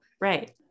Right